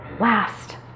last